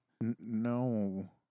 No